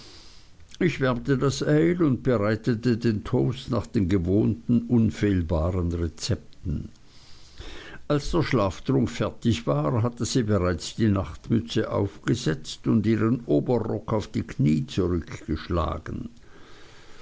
ich wärmte das ale und bereitete den toast nach den gewohnten unfehlbaren rezepten als der schlaftrunk fertig war hatte sie bereits die nachtmütze aufgesetzt und ihren oberrock auf die kniee zurückgeschlagen